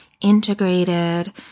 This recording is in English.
integrated